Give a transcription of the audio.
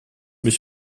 mich